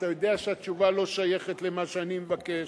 אתה יודע שהתשובה לא שייכת למה שאני מבקש,